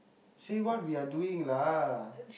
say what we are doing lah